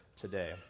today